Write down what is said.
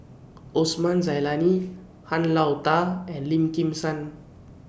Osman Zailani Han Lao DA and Lim Kim San